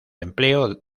empleo